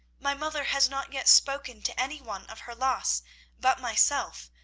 my mother has not yet spoken to any one of her loss but myself,